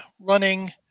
running